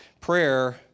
Prayer